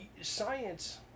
science